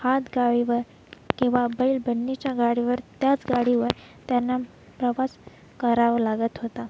हातगाडीवर किंवा बैल बंडीच्या गाडीवर त्याच गाडीवर त्यांना प्रवास करावा लागत होता